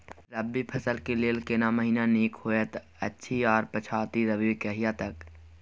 रबी फसल के लेल केना महीना नीक होयत अछि आर पछाति रबी कहिया तक?